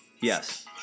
Yes